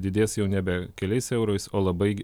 didės jau nebe keliais eurais o labai